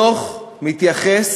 הדוח מתייחס